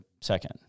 second